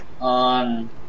On